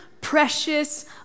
precious